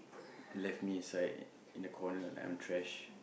left me inside in the corner like I'm trash